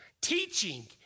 Teaching